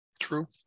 True